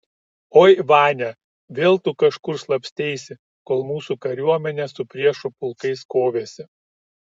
oi vania vėl tu kažkur slapsteisi kol mūsų kariuomenė su priešų pulkais kovėsi